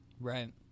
Right